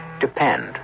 depend